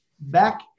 back